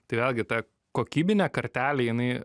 tai vėlgi ta kokybinė kartelė jinai